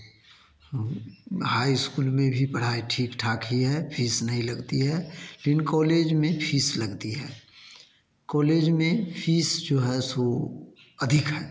high school में भी पढ़ाई ठीक ठाक ही है फीस नहीं लगती है फिर कॉलेज में फीस लगती है कॉलेज में फीस जो है वह अधिक है